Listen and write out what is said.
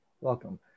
Welcome